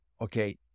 Okay